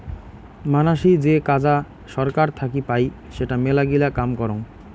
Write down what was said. মানাসী যে কাজা সরকার থাকি পাই সেটা মেলাগিলা কাম করং